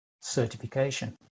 certification